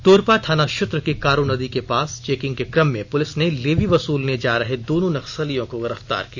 तोरपा थॉना क्षेत्र के कारो नदी के पास चेकिंग के क्रम में पुलिस ने लेवी वसूलने जा रहे दोनों नक्सलियों को गिरफ्तार किया